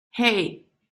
hey